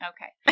Okay